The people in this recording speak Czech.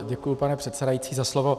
Děkuju, pane předsedající, za slovo.